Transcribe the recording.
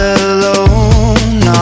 alone